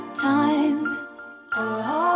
time